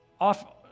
off